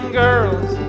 girls